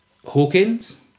Hawkins